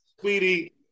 sweetie